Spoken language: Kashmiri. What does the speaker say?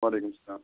وَعلیکُم سَلام